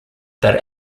that